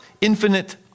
infinite